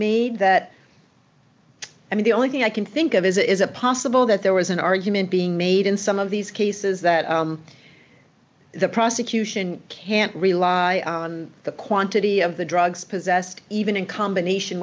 made that i mean the only thing i can think of is a possible that there was an argument being made in some of these cases that the prosecution can't rely on the quantity of the drugs possessed even in combination